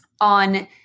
on